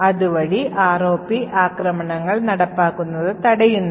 അതുവഴി ROP ആക്രമണങ്ങൾ നടപ്പാക്കുന്നത് തടയുന്നു